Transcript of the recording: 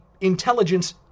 intelligence